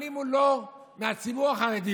אבל אם הוא לא מהציבור החרדי,